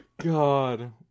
God